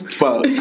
fuck